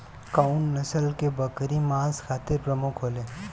कउन नस्ल के बकरी मांस खातिर प्रमुख होले?